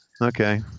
Okay